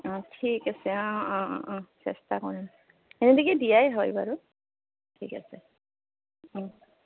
অঁ ঠিক আছে অঁ অঁ অঁ চেষ্টা কৰিম এনেকৈ দিয়াই হয় বাৰু ঠিক আছে হ'ব